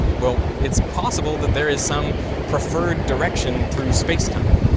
well, it's possible that there is some preferred direction through spacetime.